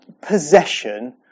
possession